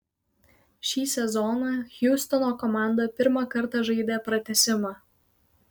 šį sezoną hjustono komanda pirmą kartą žaidė pratęsimą